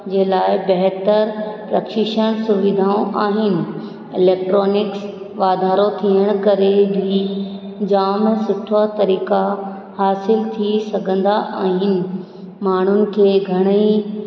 जे लाइ बहितरु प्रक्षिषण सुवीधाऊं आहिनि इलेक्ट्रोनिक वाधारो थियण करे ही जामु सुठा तरीक़ा हासिल थी सघंदा आहिनि माण्हुनि खे घणई